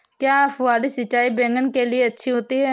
क्या फुहारी सिंचाई बैगन के लिए अच्छी होती है?